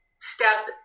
step